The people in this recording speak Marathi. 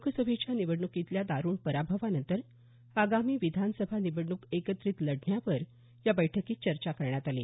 लोकसभेच्या निवडणुकीतल्या दारुण पराभवनंतर आगामी विधानसभा निवडणूक एकत्रित लढण्यावर या बैठकीत चर्चा करण्यात आली